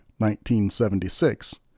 1976